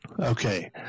Okay